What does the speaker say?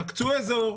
תקצו אזור,